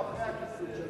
או אחרי הקיצוץ של,